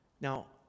Now